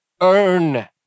earn